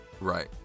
right